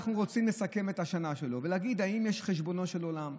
אנחנו רוצים לסכם את השנה שלו ולהגיד: האם יש חשבונו של עולם?